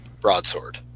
Broadsword